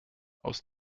aus